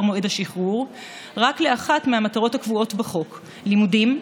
מועד השחרור רק לאחת מהמטרות הקבועות בחוק: לימודים,